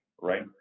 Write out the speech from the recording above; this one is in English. right